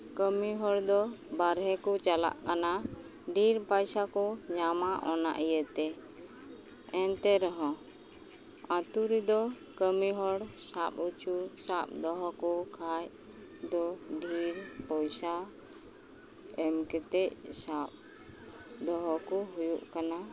ᱠᱟᱹᱢᱤ ᱦᱚᱲ ᱫᱚ ᱵᱟᱨᱦᱮ ᱠᱚ ᱪᱟᱞᱟᱜ ᱠᱟᱱᱟ ᱰᱷᱮᱨ ᱯᱟᱭᱥᱟ ᱠᱚ ᱧᱟᱢᱟ ᱚᱱᱟ ᱤᱭᱟᱹ ᱛᱮ ᱮᱱᱛᱮ ᱨᱮᱦᱚᱸ ᱟᱹᱛᱩ ᱨᱮᱫᱚ ᱠᱟᱹᱢᱤ ᱦᱚᱲ ᱥᱟᱵ ᱚᱪᱚ ᱥᱟᱵ ᱫᱚᱦᱚ ᱠᱚ ᱠᱷᱟᱱ ᱫᱚ ᱰᱷᱮᱨ ᱯᱚᱭᱥᱟ ᱮᱢᱠᱟᱛᱮᱫ ᱥᱟᱵ ᱫᱚᱦᱚ ᱠᱚ ᱦᱩᱭᱩᱜ ᱠᱟᱱᱟ